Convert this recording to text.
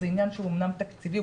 זה עניין אמנם תקציבי,